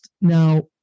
now